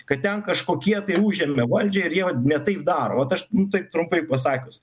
kad ten kažkokie tai užėmė valdžią ir jie vat ne taip daro vat aš taip trumpai pasakius